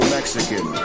Mexican